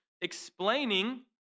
explaining